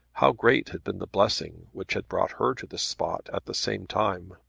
how great had been the blessing which had brought her to the spot at the same time!